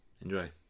Enjoy